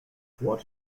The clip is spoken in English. what